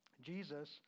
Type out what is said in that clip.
Jesus